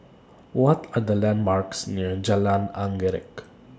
What Are The landmarks near Jalan Anggerek